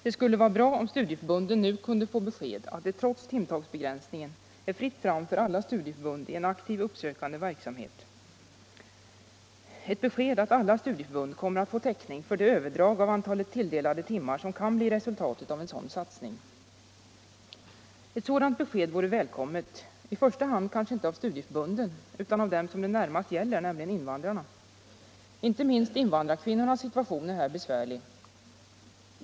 Det skulle vara bra om studieförbunden nu kunde få besked att det trots timtalsbegränsningen är fritt fram för alla studieförbund i en aktiv uppsökande verksamhet. Ett besked att alla studieförbund kommer att få täckning för det överdrag av antalet tilldelade timmar som kan bli resultatet av en sådan satsning. Ett sådant besked vore välkommet i första hand kanske inte för studieförbunden men för dem det närmast gäller, nämligen invandrarna. Inte minst invandrarkvinnornas situation är här besvärlig.